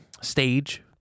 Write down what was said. stage